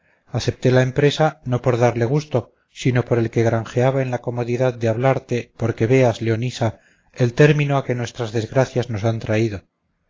acepté la empresa no por darle gusto sino por el que granjeaba en la comodidad de hablarte porque veas leonisa el término a que nuestras desgracias nos han traído